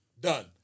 Done